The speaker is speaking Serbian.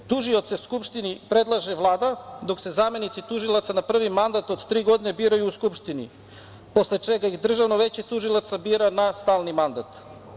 Tužioce Skupštini predlaže Vlada, dok se zamenici tužilaca na prvi mandat od tri godine biraju u Skupštini posle ih Državno veće tužilaca bira na stalni mandat.